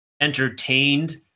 entertained